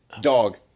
Dog